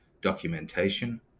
documentation